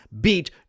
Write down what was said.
beat